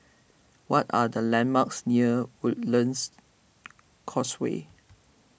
what are the landmarks near Woodlands Causeway